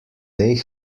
they